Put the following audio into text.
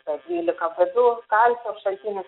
b dvylika b du kalcio šaltinis